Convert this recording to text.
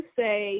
say